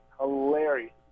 hilarious